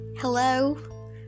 hello